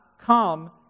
come